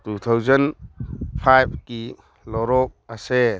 two thousand ꯐꯥꯏꯚꯀꯤ ꯂꯧꯔꯣꯛ ꯑꯁꯦ